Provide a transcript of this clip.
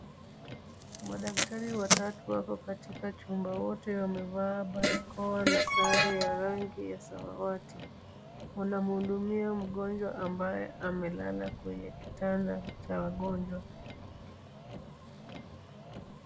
Madaktari watatu wako katika chumba, wote wamevaa barakoa na sare ya rangi ya samawati, wanamhudumia mgonjwa ambaye amelala kwenye kitanda cha wagonjwa.